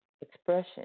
expression